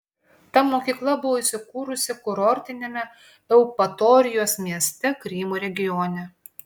ta mokykla buvo įsikūrusi kurortiniame eupatorijos mieste krymo regione